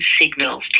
signals